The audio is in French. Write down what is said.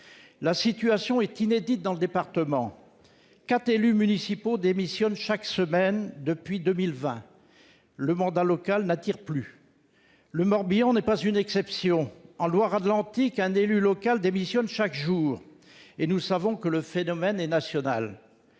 La situation est inédite dans le département : quatre élus municipaux démissionnent chaque semaine depuis 2020. Le mandat local n'attire plus. Le Morbihan n'est pas une exception : en Loire-Atlantique, un élu local démissionne chaque jour. Et nous savons que le phénomène est national.